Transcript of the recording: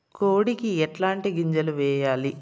కోడికి ఎట్లాంటి గింజలు వేయాలి?